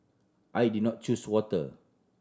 I did not choose water